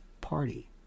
party